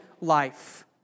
life